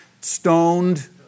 stoned